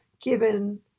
given